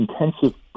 intensive